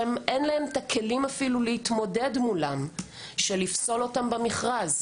שאין להם את הכלים אפילו להתמודד מולם של לפסול אותם במכרז.